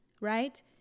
right